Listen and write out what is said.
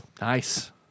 nice